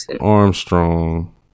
Armstrong